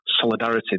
solidarity